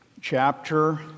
chapter